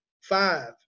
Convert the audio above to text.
five